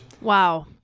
Wow